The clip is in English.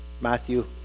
Matthew